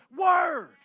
word